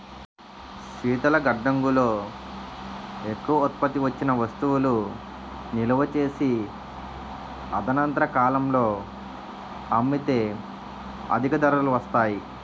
శీతల గడ్డంగుల్లో ఎక్కువ ఉత్పత్తి వచ్చిన వస్తువులు నిలువ చేసి తదనంతర కాలంలో అమ్మితే అధిక ధరలు వస్తాయి